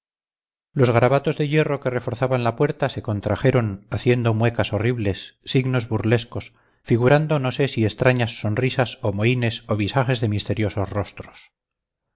los garabatos de hierro que reforzaban la puerta se contrajeron haciendo muecas horribles signos burlescos figurando no sé si extrañas sonrisas o mohínes o visajes de misteriosos rostros